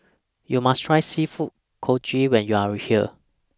YOU must Try Seafood Congee when YOU Are here